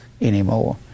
anymore